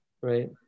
right